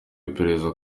iperereza